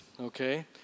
okay